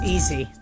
Easy